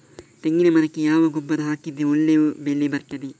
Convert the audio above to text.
ತೆಂಗಿನ ಮರಕ್ಕೆ ಯಾವ ಗೊಬ್ಬರ ಹಾಕಿದ್ರೆ ಒಳ್ಳೆ ಬೆಳೆ ಬರ್ತದೆ?